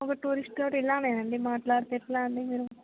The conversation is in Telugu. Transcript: ఒక టూరిస్ట్తోటి ఇలానేనా అండి మాట్లాడితే ఎట్లా అండి మీరు